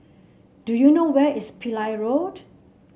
do you know where is Pillai Road